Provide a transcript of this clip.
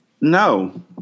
No